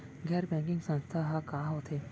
गैर बैंकिंग संस्था ह का होथे?